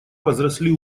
возросли